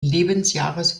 lebensjahres